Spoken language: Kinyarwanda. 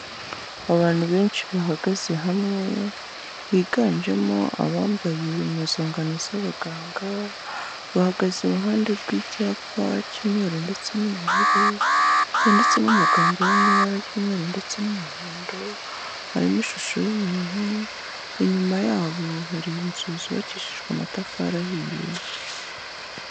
Abantu benshi bahagaze hamwe higanjemo abambaye impuzangano z'abaganga, bahagaze iruhande rw'icyapa cy'umweru ndetse n'ubururu cyanditsemo amagambo yo mu ibara ry'umweru ndetse n'umuhondo, harimo ishusho y'umuntu inyuma yabo hari inzu zubakishijwe amatafari ahiye.